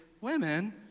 women